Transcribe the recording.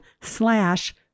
slash